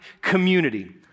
community